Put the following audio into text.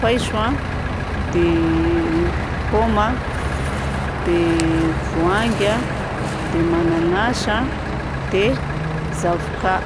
paiso a, dia pôma a, dia voangy a, dia mananasy a, dia zavokà.